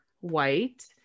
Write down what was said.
white